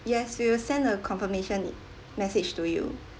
yes we will send a confirmation message to you